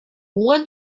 want